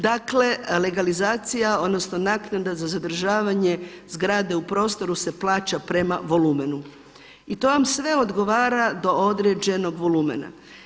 Dakle, legalizacija odnosno naknada za zadržavanje zgrade u prostoru se plaća prema I to vam sve odgovara do određenog volumena.